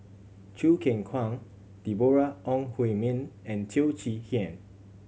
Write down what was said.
Choo Keng Kwang Deborah Ong Hui Min and Teo Chee Hean